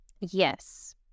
Yes